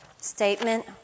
statement